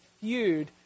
feud